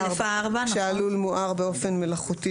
7(א)(4) כשהלול מואר באופן מלאכותי,